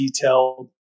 detailed